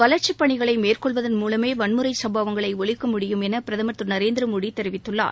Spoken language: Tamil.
வளர்ச்சிப் பணிகளை மேற்கொள்வதன் மூலமே வன்முறைச் சம்பவங்களை ஒழிக்க முடியும் என பிரதமர் திரு நரேந்திர மோடி தெரிவித்துள்ளார்